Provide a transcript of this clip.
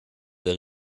der